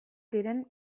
ziren